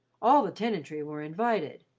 all the tenantry were invited,